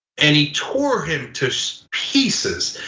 and he tore him to so pieces,